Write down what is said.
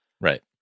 Right